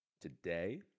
Today